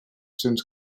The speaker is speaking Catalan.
cents